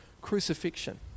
crucifixion